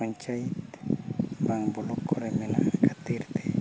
ᱯᱚᱧᱪᱟᱭᱮᱛ ᱵᱟᱝ ᱵᱞᱚᱠ ᱠᱚᱨᱮ ᱢᱮᱱᱟᱜ ᱠᱷᱟᱹᱛᱤᱨᱼᱛᱮ